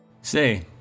Say